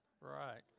Right